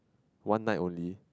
one night only